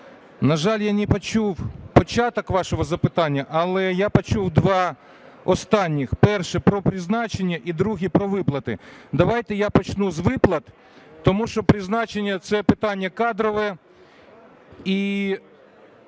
На жаль, я не почув початок вашого запитання, але почув два останніх: перше – про призначення, і друге – про виплати. Давайте я почну з виплат, тому що призначення – це питання кадрове.